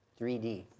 3D